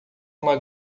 uma